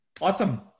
Awesome